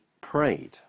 prayed